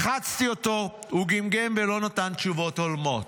לחצתי אותו, הוא גמגם ולא נתן תשובות הולמות.